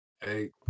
Hey